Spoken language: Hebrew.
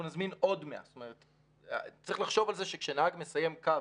אנחנו נזמין עוד 100. צריך לחשוב על זה שכשנהג מסיים קו